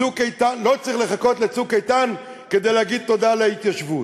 לא צריך לחכות ל"צוק איתן" כדי להגיד תודה להתיישבות.